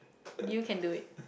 you can do it